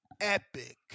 epic